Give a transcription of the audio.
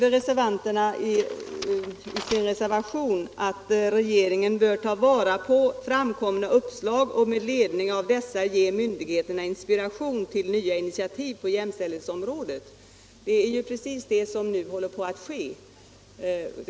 Reservanterna skriver i sin reservation att ”regeringen bör ta vara på framkomna uppslag och med ledning av dessa ge myndigheterna inspiration till nya initiativ på jämställdhetsområdet”. Det är ju precis det som håller på att ske.